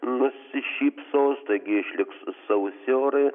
nusišypsos taigi išliks sausi orai